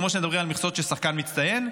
כמו שמדברים על מכסות של שחקן מצטיין,